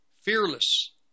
fearless